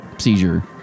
Seizure